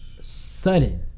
sudden